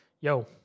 Yo